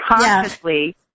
consciously